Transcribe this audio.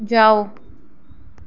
जाओ